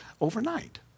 overnight